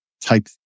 type